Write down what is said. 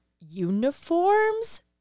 Uniforms